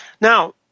Now